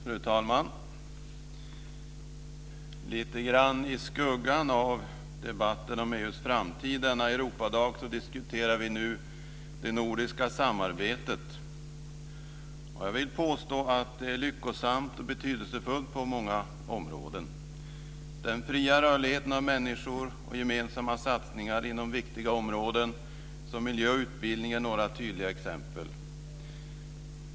Fru talman! Lite grann i skuggan av debatten om EU:s framtid denna Europadag diskuterar vi nu det nordiska samarbetet. Jag vill påstå att det är lyckosamt och betydelsefullt på många områden. Den fria rörligheten för människor och gemensamma satsningar inom viktiga områden som miljö och utbildning är några tydliga exempel.